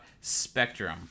Spectrum